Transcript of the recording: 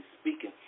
speaking